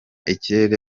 ikirere